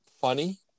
funny